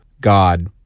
god